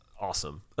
awesome